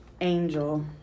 Angel